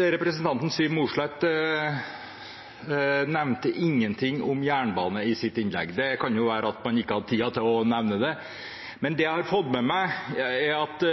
Representanten Siv Mossleth nevnte ingenting om jernbane i sitt innlegg. Det kan jo være at man ikke hadde tid til å nevne det. Men det jeg har fått med meg, er at